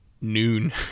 noon